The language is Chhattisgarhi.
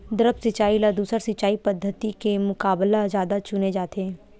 द्रप्स सिंचाई ला दूसर सिंचाई पद्धिति के मुकाबला जादा चुने जाथे